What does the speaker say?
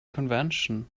convention